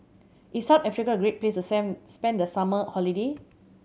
is South Africa a great place to spend spend the summer holiday